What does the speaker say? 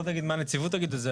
לא יודע מה הנציבות תגיד וזה,